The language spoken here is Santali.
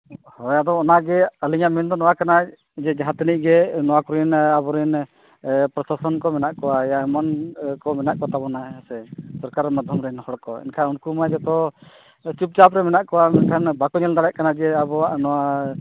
ᱦᱮᱸ ᱟᱫᱚ ᱱᱚᱣᱟ ᱜᱮ ᱟᱹᱞᱤᱧᱟᱜ ᱢᱮᱱ ᱫᱚ ᱱᱚᱣᱟ ᱠᱟᱱᱟ ᱡᱮ ᱡᱟᱦᱟᱸ ᱛᱤᱱᱟᱹᱜ ᱜᱚ ᱱᱚᱣᱟ ᱠᱚᱨᱤᱱ ᱟᱵᱚ ᱨᱤᱱ ᱯᱨᱚᱥᱟᱥᱚᱱ ᱠᱚ ᱢᱮᱱᱟᱜ ᱠᱚᱣᱟ ᱟᱨ ᱵᱟᱝ ᱤᱭᱟᱹ ᱠᱚ ᱢᱮᱱᱟᱜ ᱠᱚᱛᱟ ᱵᱚᱱᱟ ᱦᱮᱸᱥᱮ ᱥᱚᱨᱠᱟᱨᱤ ᱢᱟᱫᱽᱫᱷᱚᱢ ᱨᱮᱱ ᱦᱚᱲ ᱠᱚ ᱮᱱᱠᱷᱟᱱ ᱩᱱᱠᱩ ᱢᱟ ᱡᱚᱛᱚ ᱪᱩᱯᱼᱪᱟᱯ ᱨᱮ ᱢᱮᱱᱟᱜ ᱠᱚᱣᱟ ᱢᱮᱱᱠᱷᱟᱱ ᱵᱟᱠᱚ ᱢᱮᱱ ᱫᱟᱲᱮᱭᱟᱜ ᱠᱟᱱᱟ ᱡᱮ ᱟᱵᱚᱣᱟᱜ ᱱᱚᱣᱟ